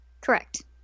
Correct